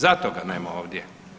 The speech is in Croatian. Zato ga nema ovdje.